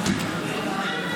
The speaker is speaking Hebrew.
האופוזיציה.